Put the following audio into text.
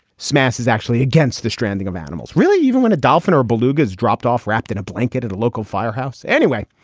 smash is actually against the stranding of animals. really, even when a dolphin or beluga has dropped off wrapped in a blanket at a local firehouse. anyway,